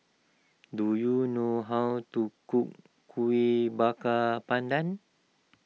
do you know how to cook Kuih Bakar Pandan